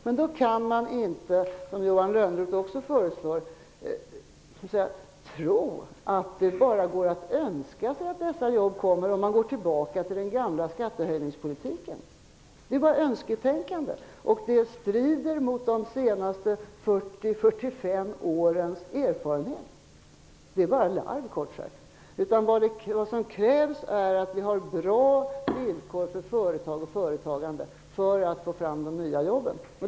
Men då kan man inte, som Johan Lönnroth föreslår, tro att det bara går att önska att dessa nya jobb skapas om man går tillbaka till den gamla skattehöjningspolitiken. Det är bara ett önsketänkande. Dessutom strider det mot de senaste 40--45 årens erfarenhet. Det är bara larv, kort sagt. Vad som krävs för att vi skall få fram de nya jobben är att vi har bra villkor för företag och företagande.